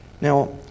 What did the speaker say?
Now